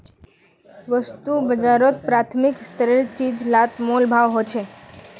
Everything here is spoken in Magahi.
वास्तु बाजारोत प्राथमिक स्तरेर चीज़ लात मोल भाव होछे